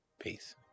Peace